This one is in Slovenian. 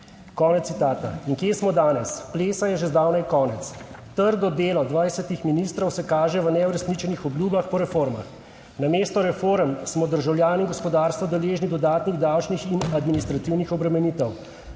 Konec citata. In kje smo danes? Plesa je že zdavnaj konec. Trdo delo 20 ministrov se kaže v neuresničenih obljubah po reformah. Namesto reform smo državljani in gospodarstvo deležni davčnih in administrativnih obremenitev.